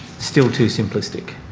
still too simplistic?